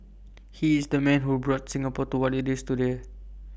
he is the man who brought Singapore to what IT is today